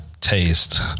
Taste